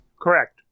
correct